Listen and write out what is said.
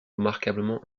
remarquablement